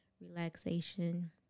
Relaxation